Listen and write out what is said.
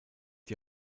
die